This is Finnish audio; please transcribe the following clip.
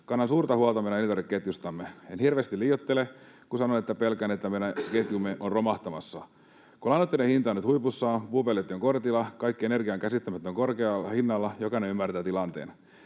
Kannan suurta huolta meidän elintarvikeketjustamme. En hirveästi liioittele, kun sanon, että pelkään, että meidän ketjumme on romahtamassa. Kun lannoitteiden hinta on nyt huipussaan, puupelletti on kortilla ja kaikki energia on käsittämättömän korkealla hinnalla, jokainen ymmärtää tilanteen.